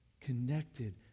connected